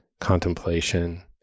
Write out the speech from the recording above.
contemplation